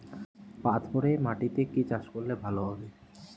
পাথরে মাটিতে কি চাষ করলে ভালো হবে?